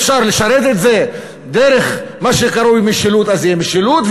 אפשר לשרת את זה דרך מה שקרוי משילות אז זה יהיה משילות,